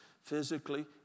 Physically